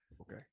Okay